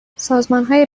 سازمانهای